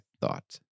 thought